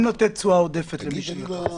לתת תשואה עודפת למי שלקח סיכון.